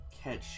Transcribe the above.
catch